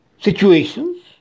situations